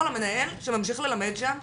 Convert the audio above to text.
על המנהל שממשיך לנהל שם,